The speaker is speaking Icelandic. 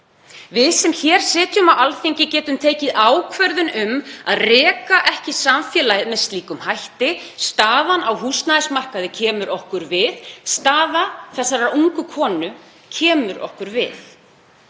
Við sem hér sitjum á Alþingi getum tekið ákvörðun um að reka ekki samfélagið með slíkum hætti. Staðan á húsnæðismarkaði kemur okkur við. Staða þessarar ungu konu kemur okkur við.